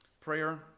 prayer